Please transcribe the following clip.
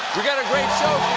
we've got a great show